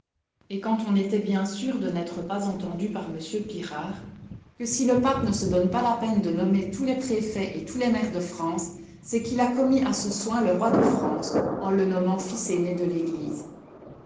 et quand on était bien sûr de n'être pas entendu par m pirard que si le pape ne se donne pas la peine de nommer tous les préfets et tous les maires de france c'est qu'il a commis à ce soin le roi de france en le nommant fils aîné de l'église